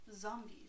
Zombies